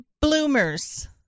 bloomers